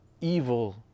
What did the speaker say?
evil